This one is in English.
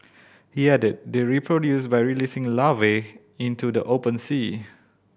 he added they reproduce by releasing larvae into the open sea